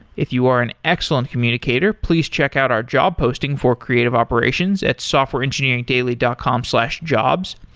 if you are an excellent communicator, please check out our job posting for creative operations at softwareengineeringdaily dot com slash jobs.